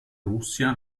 russia